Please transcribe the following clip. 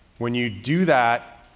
when you do that,